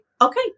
okay